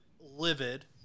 livid